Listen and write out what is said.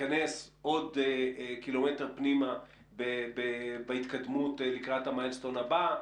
ניכנס עוד קילומטר פנימה בהתקדמות לקראת אבן הדרך הבאה?